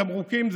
תמרוקים.